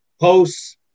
posts